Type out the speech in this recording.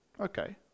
Okay